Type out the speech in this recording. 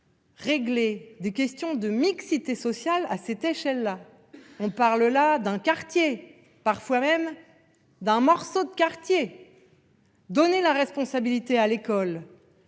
régler des questions de mixité sociale à cette échelle : on parle là d'un quartier, parfois même d'un morceau de quartier. Donner à l'école